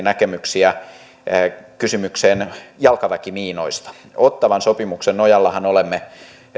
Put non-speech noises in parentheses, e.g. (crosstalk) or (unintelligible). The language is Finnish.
(unintelligible) näkemyksiä myöskin kysymykseen jalkaväkimiinoista ottawan sopimuksen nojallahan olemme